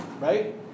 right